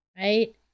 right